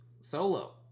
Solo